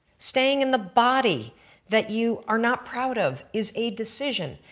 staying in the body that you are not proud of is a decision.